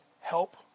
help